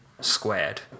squared